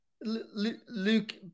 Luke